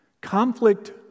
Conflict